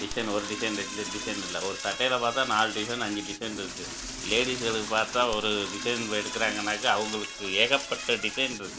design ஒரு design ரெண்டு design இல்லை ஒரு சட்டையில் பார்த்தா நாலு டிசைன் அஞ்சு டிசைன் இருக்கு லேடிஸ்களுக்கு பார்த்தா ஒரு டிசைன் எடுக்குறாங்கன்னாக்க அவங்களுக்கு ஏகப்பட்ட டிசைன் இருக்கு